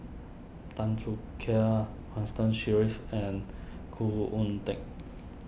Tan Choo Kai Constance Sheares and Khoo Oon Teik